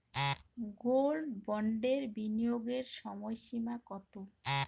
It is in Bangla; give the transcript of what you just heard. গোল্ড বন্ডে বিনিয়োগের সময়সীমা কতো?